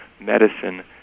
medicine